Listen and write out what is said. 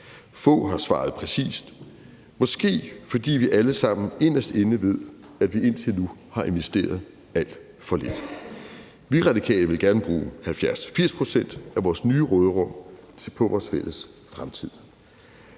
Få har svaret præcist, måske fordi vi alle sammen inderst inde ved, at vi indtil nu har investeret alt for lidt. Vi Radikale vil gerne bruge 70-80 pct. af vores nye råderum på vores fælles fremtid.